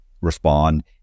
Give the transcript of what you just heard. respond